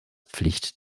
pflicht